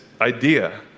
idea